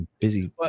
busy